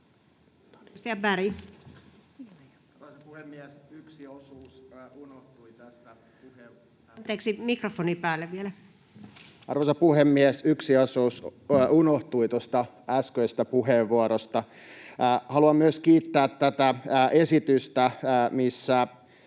Arvoisa puhemies! Yksi osuus unohtui tuosta äskeisestä puheenvuorosta. Haluan myös kiittää tätä esitystä, missä